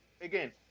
again